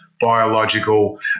biological